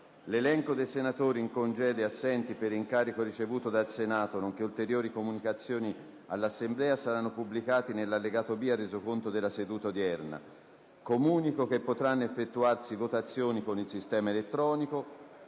L'elenco dei senatori in congedo e assenti per incarico ricevuto dal Senato nonché ulteriori comunicazioni all'Assemblea saranno pubblicati nell'allegato B al Resoconto della seduta odierna. Preannunzio di votazioni mediante procedimento elettronico